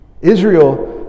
Israel